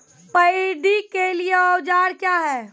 Paddy के लिए औजार क्या हैं?